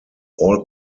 all